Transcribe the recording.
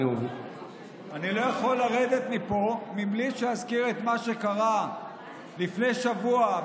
אני לא יכול לרדת מפה בלי שאזכיר את מה שקרה לפני שבוע,